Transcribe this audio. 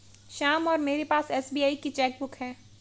श्याम और मेरे पास एस.बी.आई की चैक बुक है